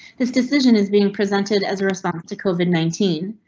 this decision is being presented as a response to covid nineteen.